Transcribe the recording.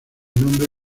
nombre